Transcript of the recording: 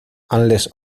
unless